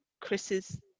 chris's